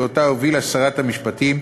והובילה שרת המשפטים,